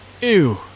Ew